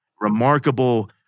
Remarkable